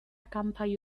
kanpai